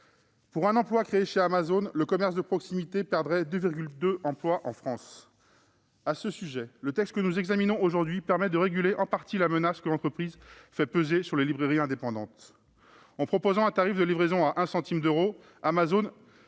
Pour un emploi créé chez Amazon, le commerce de proximité perdrait 2,2 emplois en France. À ce sujet, le texte que nous examinons aujourd'hui permet de réguler en partie la menace que l'entreprise fait peser sur les librairies indépendantes. En proposant un tarif de livraison à 1 centime d'euro, Amazon